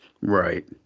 Right